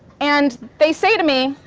and they say to me,